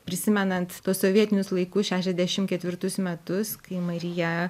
prisimenant tuos sovietinius laikus šešiasdešimt ketvirtus metus kai marija